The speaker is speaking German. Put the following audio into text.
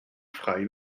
frei